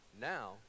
Now